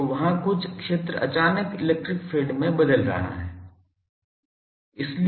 तो वहाँ कुछ क्षेत्र अचानक इलेक्ट्रिक फील्ड में बदल रहा है